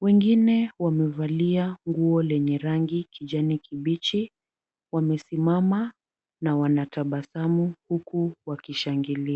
Wengine wamevalia nguo lenye rangi kijani kibichi, wamesimama na wanatabasamu huku wakishangilia.